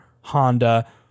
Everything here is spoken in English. Honda